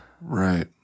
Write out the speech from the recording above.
Right